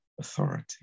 authority